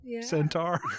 centaur